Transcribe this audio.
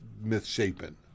misshapen